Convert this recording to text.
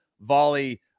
volley